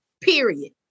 Period